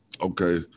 Okay